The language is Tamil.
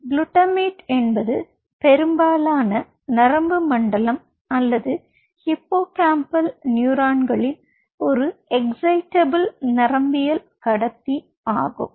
குளுட்டமேட் என்பது பெரும்பாலான நரம்பு மண்டலம் அல்லது ஹிப்போகாம்பல் நியூரான்களில் ஒரு எக்ஸைடேபிள் நரம்பியக்கடத்தி ஆகும்